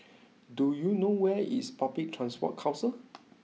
do you know where is Public Transport Council